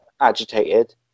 agitated